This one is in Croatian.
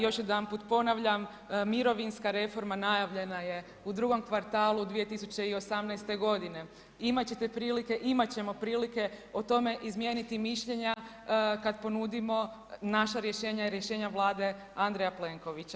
Još jedanput ponavljam, mirovinska reforma, najavljena je u drugom kvartalu 2018 g. Imati ćete prilike, imati ćemo prilike o tome izmijeniti mišljenja kad ponudimo naša rješenja i rješenja Vlade Andreja Plenkovića.